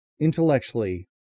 intellectually